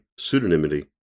Pseudonymity